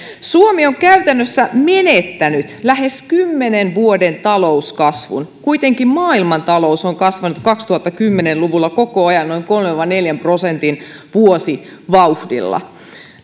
suomi on käytännössä menettänyt lähes kymmenen vuoden talouskasvun kuitenkin maailmantalous on kasvanut kaksituhattakymmenen luvulla koko ajan noin kolmen viiva neljän prosentin vuosivauhdilla